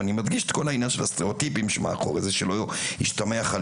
ואני מדגיש את כל העניין של הסטריאוטיפים שמאחורי זה שלא ישתמע חס